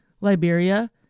Liberia